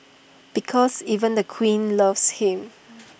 because even the queen loves him